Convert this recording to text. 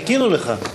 חיכינו לך.